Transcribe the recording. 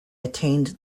attained